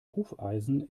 hufeisen